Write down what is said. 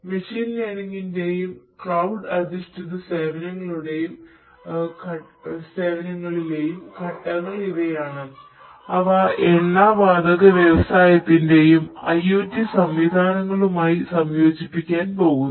machine ലേർണിംഗിലെയും cloud അധിഷ്ഠിത സേവനകളിലെയും ഘട്ടങ്ങൾ ഇവയാണ്അവ എണ്ണവാതക വ്യവസായത്തിനുള്ള IOT സംവിധാനങ്ങളുമായി സംയോജിപ്പിക്കാൻ പോകുന്നു